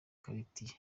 karitiye